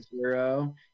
zero